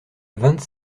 vingt